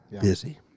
busy